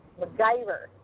MacGyver